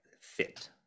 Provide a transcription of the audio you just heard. fit